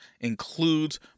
includes